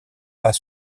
pas